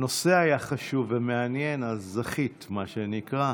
הנושא היה חשוב ומעניין, אז זכית, מה שנקרא.